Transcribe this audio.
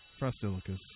Frostilicus